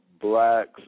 blacks